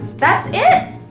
that's it!